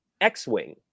X-Wing